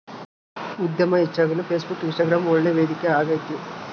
ಉದ್ಯಮ ಹೆಚ್ಚಾಗಲು Facebook, Instagram ಒಳ್ಳೆ ವೇದಿಕೆ ಆಗೈತೆ